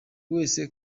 wese